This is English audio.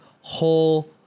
whole